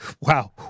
Wow